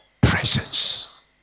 presence